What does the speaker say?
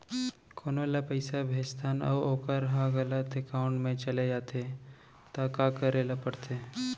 कोनो ला पइसा भेजथन अऊ वोकर ह गलत एकाउंट में चले जथे त का करे ला पड़थे?